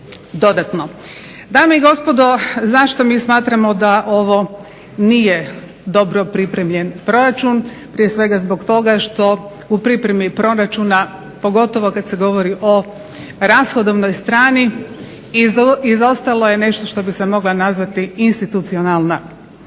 dodatno. Dame i gospodo zašto mi smatramo da ovo nije dobro pripremljen proračun? Prije svega zbog toga što u pripremi proračuna pogotovo kada se govori o rashodovnoj strani izostalo je nešto što bi se mogla nazvati institucionalna priprema.